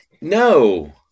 No